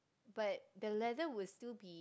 but the leather will still be